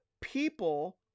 people